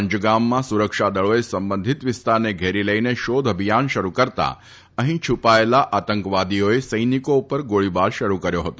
પંજગામમાં સુરક્ષાદળાએ સંબંધિત વિસ્તારને ઘેરી લઇને શોધઅભિયાન શરૂ કરતાં અહીં છૂપાયેલા આતંકવાદીઓએ સૈનિકો પર ગોળીબાર કર્યો હતો